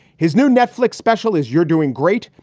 his new netflix special is you're doing great.